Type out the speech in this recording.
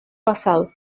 pasado